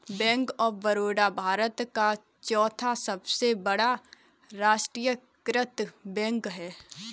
bank of Baroda Bharat का चौथा सबसे बड़ा राष्ट्रीयकृत बैंक है